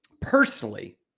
Personally